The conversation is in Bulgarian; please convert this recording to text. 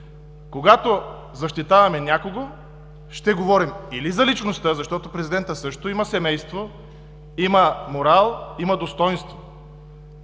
Когато защитаваме някого, ще говорим или за личността, защото президентът също има семейство, има морал, има достойнство.